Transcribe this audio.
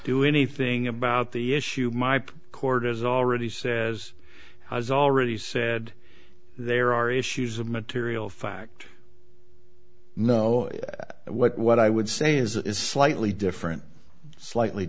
do anything about the issue my court has already says has already said there are issues of material fact no what i would say is that is slightly different slightly